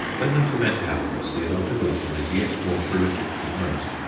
when that event happens, the odontoglossum is yet more prolific than most,